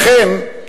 לכן,